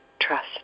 trust